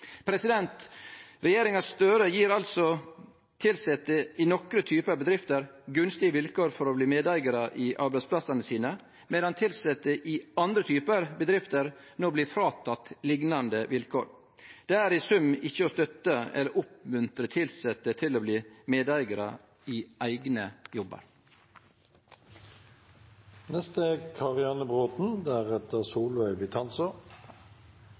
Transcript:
Regjeringa Støre gjev altså tilsette i nokre typar bedrifter gunstige vilkår for å bli medeigarar i arbeidsplassane sine, medan tilsette i andre typar bedrifter no blir fratekne liknande vilkår. Det er i sum ikkje å støtte eller oppmuntre tilsette til å bli medeigarar i eigne